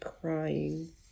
crying